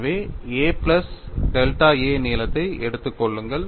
எனவே a plus delta a நீளத்தை எடுத்துக் கொள்ளுங்கள்